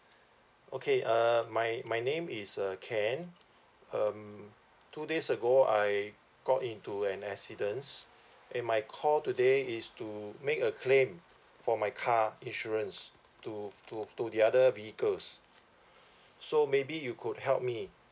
okay uh my my name is uh ken um two days ago I got into an accident and my call today is to make a claim for my car insurance to to to the other vehicles so maybe you could help me